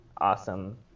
awesome